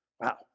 Wow